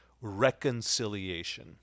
reconciliation